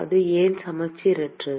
அது ஏன் சமச்சீரற்றது